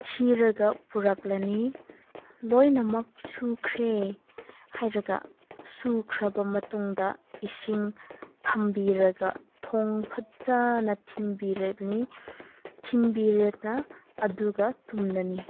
ꯊꯤꯔꯒ ꯄꯨꯔꯛꯂꯅꯤ ꯂꯣꯏꯅꯃꯛ ꯁꯨꯈ꯭ꯔꯦ ꯍꯥꯏꯔꯒ ꯁꯨꯈ꯭ꯔꯕ ꯃꯇꯨꯡꯗ ꯏꯁꯤꯡ ꯊꯝꯕꯤꯔꯒ ꯊꯣꯡ ꯐꯖꯅ ꯊꯤꯡꯕꯤꯔꯅꯤ ꯊꯤꯡꯕꯤꯔꯒ ꯑꯗꯨꯒ ꯇꯨꯝꯂꯅꯤ